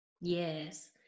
Yes